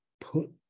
put